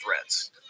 threats